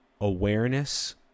Awareness